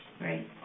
Right